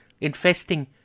infesting